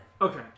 Okay